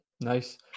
Nice